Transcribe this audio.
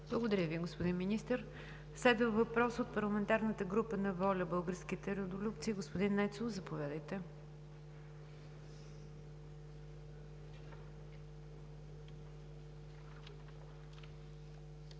Благодаря Ви, господин Министър. Следва въпрос от парламентарната група на „ВОЛЯ – Българските Родолюбци“. Господин Нецов, заповядайте.